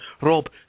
Rob